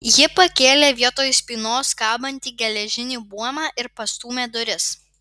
ji pakėlė vietoj spynos kabantį geležinį buomą ir pastūmė duris